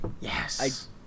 Yes